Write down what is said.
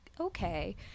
okay